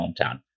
hometown